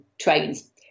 trains